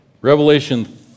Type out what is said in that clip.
Revelation